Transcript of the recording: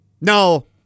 No